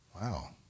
Wow